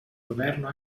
governo